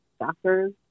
doctors